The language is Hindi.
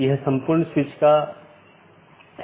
यह महत्वपूर्ण है